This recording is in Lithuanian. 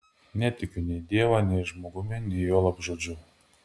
netikiu nei dievą nei žmogumi nei juolab žodžiu